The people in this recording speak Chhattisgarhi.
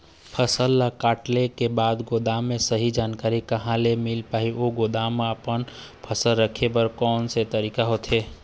फसल ला कटेल के बाद गोदाम के सही जानकारी कहा ले मील पाही अउ गोदाम मा अपन फसल रखे बर कैसे तरीका होथे?